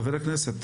חבר הכנסת